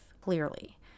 clearly